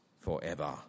forever